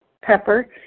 pepper